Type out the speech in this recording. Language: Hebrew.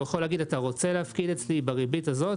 הוא יכול להגיד: אתה רוצה להפקיד אצלי בריבית הזאת?